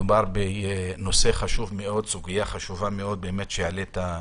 מדובר בסוגיה חשובה מאוד שהעלית,